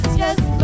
yes